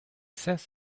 says